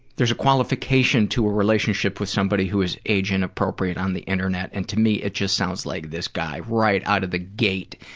qualification to a relationship with somebody who is age inappropriate on the internet and to me it just sounds like this guy, right out of the gate,